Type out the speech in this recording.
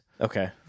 Okay